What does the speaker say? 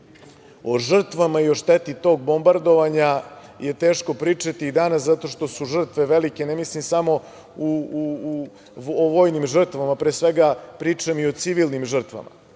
O žrtvama i o šteti tog bombardovanja je teško pričati i danas, zato što su žrtve velike, ne mislim samo o vojnim žrtvama, pre svega pričam i o civilnim žrtvama.